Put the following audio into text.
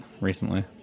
recently